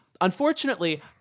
Unfortunately